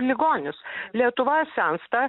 ligonius lietuva sensta